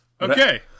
Okay